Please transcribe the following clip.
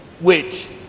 wait